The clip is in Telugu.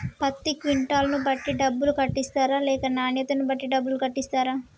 పత్తి క్వింటాల్ ను బట్టి డబ్బులు కట్టిస్తరా లేక నాణ్యతను బట్టి డబ్బులు కట్టిస్తారా?